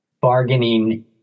bargaining